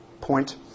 point